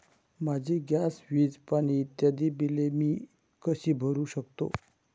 माझी गॅस, वीज, पाणी इत्यादि बिले मी कशी भरु शकतो?